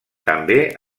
també